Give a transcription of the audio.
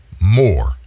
more